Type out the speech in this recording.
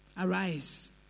Arise